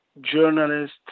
journalist